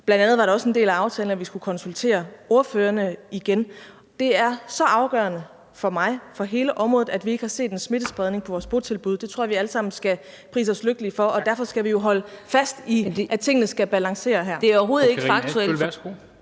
Bl.a. var det også en del af aftalen, at vi skulle konsultere ordførerne igen. Det er så afgørende for mig og for hele området, at vi ikke har set nogen smittespredning på vores botilbud – det tror jeg vi alle sammen skal prise os lykkelige for – og derfor skal vi jo holde fast i, at tingene skal balancere her.